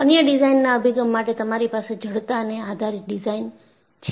અન્ય ડિઝાઇન ના અભિગમ માટે તમારી પાસે જડતાને આધારિત ડિઝાઇન છે